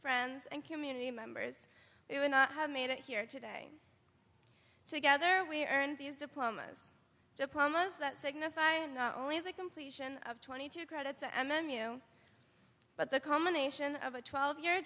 friends and community members it would not have made it here today together we earned these diplomas to promise that signifying not only the completion of twenty two credits and then you but the combination of a twelve year